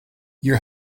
your